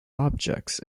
objects